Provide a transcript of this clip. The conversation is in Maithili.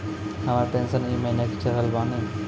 हमर पेंशन ई महीने के चढ़लऽ बानी?